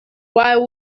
why